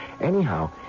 Anyhow